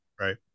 Right